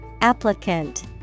Applicant